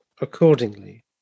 accordingly